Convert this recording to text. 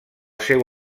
seu